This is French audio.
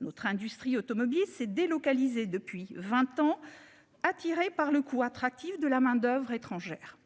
notre industrie automobile s'est délocalisé depuis 20 ans. Attirés par le cou attractive de la main d'oeuvre étrangère.